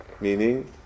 meaning